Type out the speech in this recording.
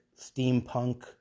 steampunk